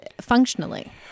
functionally